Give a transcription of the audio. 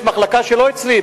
יש מחלקה שהיא לא אצלי,